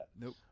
Nope